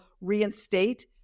reinstate